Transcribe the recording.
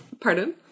Pardon